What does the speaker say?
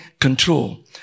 control